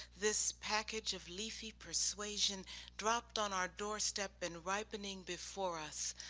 this package of leafy persuasion dropped on our doorstep and ripening before us.